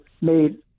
made